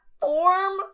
form